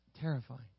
Terrifying